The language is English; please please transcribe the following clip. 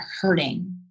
hurting